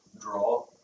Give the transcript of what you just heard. draw